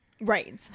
Right